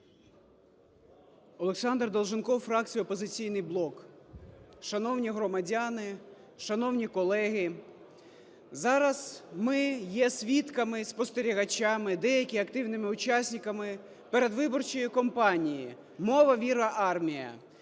Олександр Долженков, фракція "Опозиційний блок". Шановні громадяни, шановні колеги, зараз ми є свідками, спостерігачами, деякі – активними учасниками передвиборчої кампанії. Мова, віра, армія